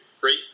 great